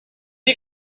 you